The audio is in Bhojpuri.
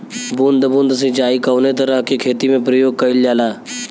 बूंद बूंद सिंचाई कवने तरह के खेती में प्रयोग कइलजाला?